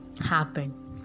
happen